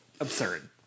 Absurd